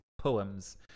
Poems